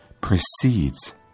precedes